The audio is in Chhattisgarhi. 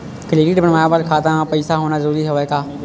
क्रेडिट बनवाय बर खाता म पईसा होना जरूरी हवय का?